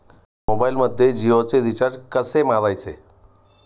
मोबाइलमध्ये जियोचे रिचार्ज कसे मारायचे?